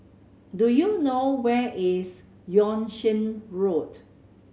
do you know where is Yung Sheng Road